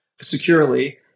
securely